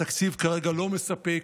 התקציב כרגע לא מספק,